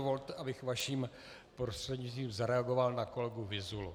Dovolte, abych vaším prostřednictvím zareagoval na kolegu Vyzulu.